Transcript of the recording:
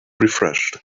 refreshed